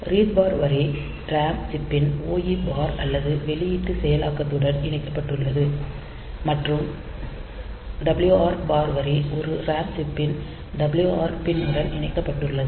read bar வரி RAM சிப்பின் OE bar அல்லது வெளியீட்டு செயலாக்கத்துடன் இணைக்கப்பட்டுள்ளது மற்றும் WR பார் வரி ஒரு RAM சிப்பின் WR பின் உடன் இணைக்கப்பட்டுள்ளது